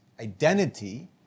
identity